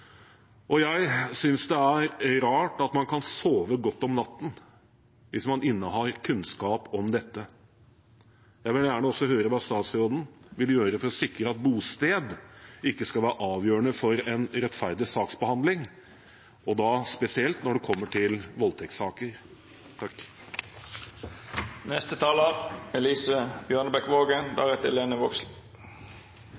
Og jeg synes det er rart at man kan sove godt om natten hvis man innehar kunnskap om dette. Jeg vil gjerne også høre hva statsråden vil gjøre for å sikre at bosted ikke skal være avgjørende for en rettferdig saksbehandling, og da spesielt når det gjelder voldtektssaker.